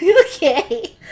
Okay